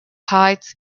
hides